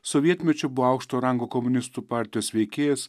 sovietmečiu buvo aukšto rango komunistų partijos veikėjas